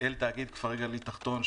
אל תאגיד כפרי גליל תחתון,